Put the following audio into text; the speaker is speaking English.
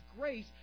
grace